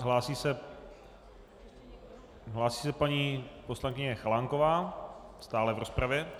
Hlásí se paní poslankyně Chalánková stále v rozpravě.